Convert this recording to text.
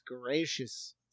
gracious